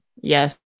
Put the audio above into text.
Yes